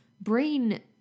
brain